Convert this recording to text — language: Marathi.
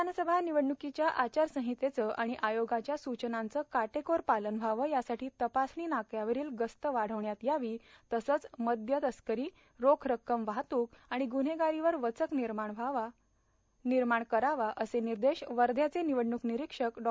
विधानसभा निवडणूकीच्या आचारसंहितेचं आणि आयोगाच्या स्चनाचं काटेकोर पालन व्हावं यासाठी तपासणी नाक्यावरील गस्त वाढविण्यात यावी तसंच मदय तस्करी रोख रक्कम वाहत्क आणि ग्रन्हेगारीवर वचक निर्माण करावा असे निर्देश वध्याचे निवडणूक निरिक्षक डॉ